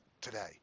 today